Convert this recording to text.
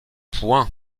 point